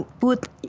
put